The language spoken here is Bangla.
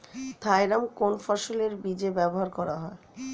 থাইরাম কোন ফসলের বীজে ব্যবহার করা হয়?